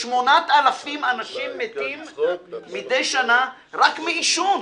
8,000 אנשים מתים מדי שנה רק מעישון.